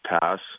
pass